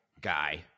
guy